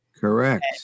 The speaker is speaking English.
Correct